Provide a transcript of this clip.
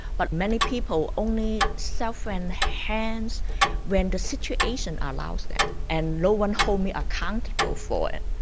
but many people only self-enhance when the situation allows them and no one hold me accountable for it.